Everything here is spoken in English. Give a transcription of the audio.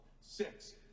six